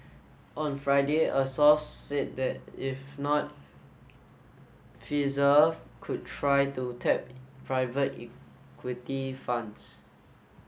on Friday a source said that if not Pfizer could try to tap private equity funds